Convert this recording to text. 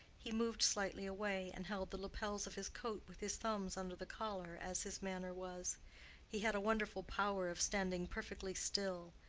he moved slightly away, and held the lapels of his coat with his thumbs under the collar as his manner was he had a wonderful power of standing perfectly still,